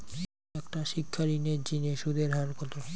একটা শিক্ষা ঋণের জিনে সুদের হার কত?